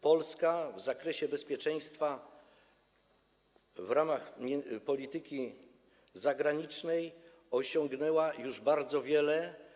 Polska w zakresie bezpieczeństwa w ramach polityki zagranicznej osiągnęła już bardzo wiele.